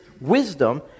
wisdom